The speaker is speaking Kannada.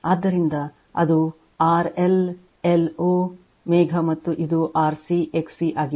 ಆದ್ದರಿಂದ ಇದು R L L omega ಮತ್ತು ಇದು ಆರ್ ಸಿ ಎಕ್ಸಿ ಆಗಿದೆ